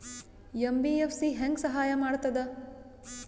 MBFC ಹೆಂಗ್ ಸಹಾಯ ಮಾಡ್ತದ?